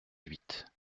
huit